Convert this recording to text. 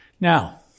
Now